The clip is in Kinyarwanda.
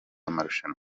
amarushanwa